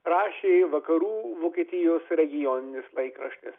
rašė vakarų vokietijos regioninis laikraštis